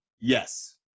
yes